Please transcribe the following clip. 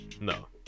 No